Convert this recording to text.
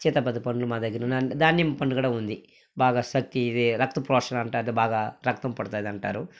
సీతాపది పండ్లు మా దగ్గర ఉన్నా దానిమ్మ పండ్లు కూడా ఉంది బాగా శక్తి ఇదే రక్త పోషణ అంటారు కదా బాగా రక్తం పడుతుంది అంటారు